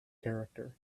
character